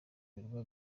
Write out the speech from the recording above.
birwa